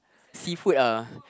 seafood ah